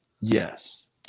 Yes